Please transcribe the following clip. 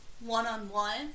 one-on-one